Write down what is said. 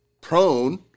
prone